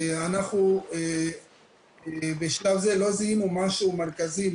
אנחנו בשלב זה לא זיהינו משהו מרכזי,